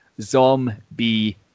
zombie